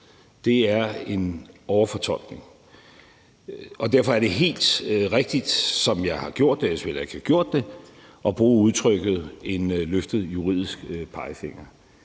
Det er en overfortolkning. Derfor er det helt rigtigt, som jeg har gjort – ellers ville jeg jo heller ikke have gjort det – at bruge udtrykket en løftet juridisk pegefinger.